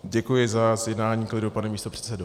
Děkuji za zjednání klidu, pane místopředsedo.